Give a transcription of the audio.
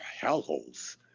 hellholes